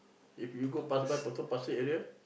if you go pass by Potong Pasir area